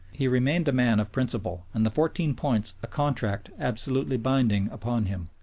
he remained a man of principle and the fourteen points a contract absolutely binding upon him.